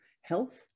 health